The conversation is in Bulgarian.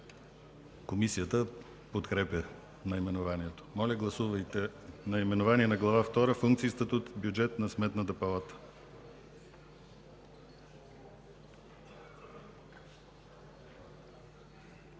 Комисията подкрепя наименованието. Моля, гласувайте наименованието на Глава втора „Функции, статут и бюджет на Сметната палата”.